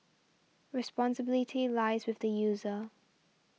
responsibility lies with the user